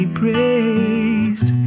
praised